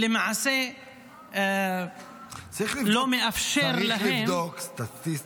ולמעשה לא מאפשר להם --- צריך לבדוק סטטיסטית